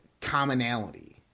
commonality